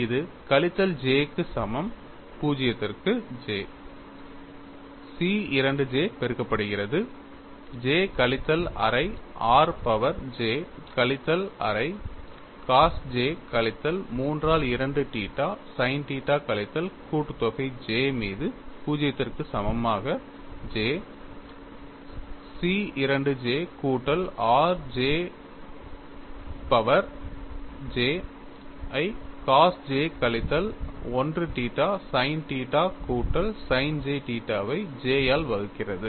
இது கழித்தல் j க்கு சமம் 0 க்கு J C 2 j பெருக்கப்படுகிறது j கழித்தல் அரை r பவர் j கழித்தல் அரை cos j கழித்தல் 3 ஆல் 2 தீட்டா sin தீட்டா கழித்தல் கூட்டுத்தொகை j மீது 0 க்கு சமமாக J C 2 j கூட்டல் 1 j r பவர் j ஐ cos j கழித்தல் 1 தீட்டா sin தீட்டா கூட்டல் sin j தீட்டாவை j ஆல் வகுக்கிறது